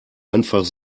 einfach